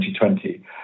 2020